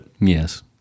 Yes